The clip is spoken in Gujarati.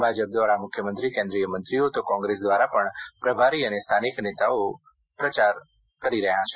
ભાજપ દ્વારા મુખ્યમંત્રી કેન્દ્રીય મંત્રીઓ તો કોંગ્રેસ દ્વારા પણ પ્રભારી અને સ્થાનિક નેતાઓનો પ્રચાર ચાલી રહ્યો છે